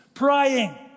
Praying